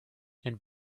and